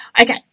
Okay